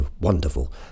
wonderful